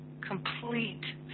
complete